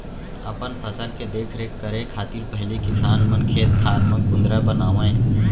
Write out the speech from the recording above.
अपन फसल के देख रेख करे खातिर पहिली किसान मन खेत खार म कुंदरा बनावय